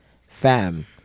Fam